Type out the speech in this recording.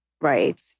right